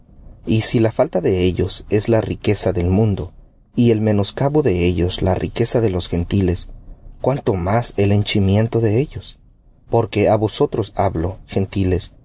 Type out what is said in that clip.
y si la falta de ellos es la riqueza del mundo y el menoscabo de ellos la riqueza de los gentiles cuánto más el henchimiento de ellos porque á vosotros hablo gentiles